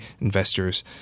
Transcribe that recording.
investors